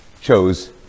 chose